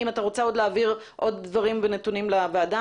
אם אתה רוצה להעביר עוד דברים ונתונים לוועדה,